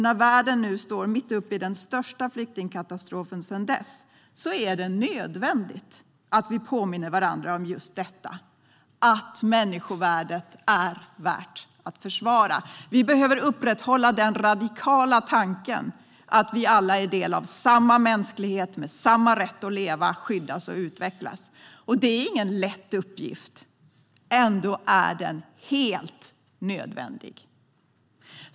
När världen nu står mitt uppe i den största flyktingkatastrofen sedan dess är det nödvändigt att vi påminner varandra om just detta: att människovärdet är värt att försvara. Vi behöver upprätthålla den radikala tanken att vi alla är del av samma mänsklighet, med samma rätt att leva, skyddas och utvecklas. Det är inte någon lätt uppgift. Ändå är den helt nödvändig.